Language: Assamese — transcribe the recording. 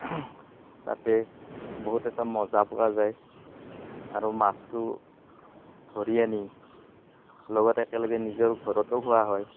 তাতে বহুত এটা মজা পোৱা যায় আৰু মাছটো ধৰি আনি লগত একেলগে নিজৰ ঘৰতো খোৱা হয়